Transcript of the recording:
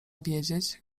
wiedzieć